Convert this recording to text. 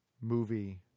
movie